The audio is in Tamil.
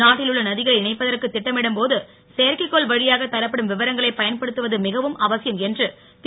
நாட்டிலுள்ள நதிகளை இணைப்பதற்கு திட்டமிடும் போ து செயற்கைக்கோன் வழியாக தரப்படும் விவரங்களை பயன்படுத்துவது மிகவும் அவசியம் என்று திரு